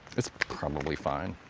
it's probably fine.